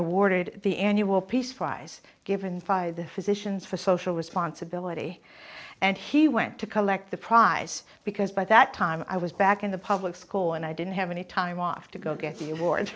awarded the annual peace prize given fi the physicians for social responsibility and he went to collect the prize because by that time i was back in the public school and i didn't have any time off to go get the war